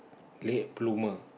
late bloomer